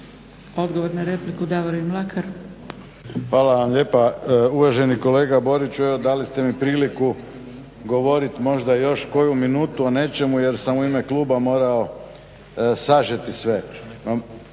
Mlakar. **Mlakar, Davorin (HDZ)** Hvala vam lijepa. Uvaženi kolega Boriću evo dali ste mi priliku govoriti možda još koju minutu o nečemu jer sam u ime kluba morao sažeti sve.